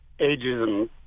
ageism